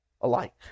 alike